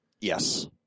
Yes